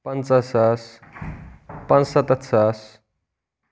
پنژاہ ساس پانٛژھ ستَتھ ساس